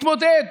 להתמודד,